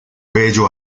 bello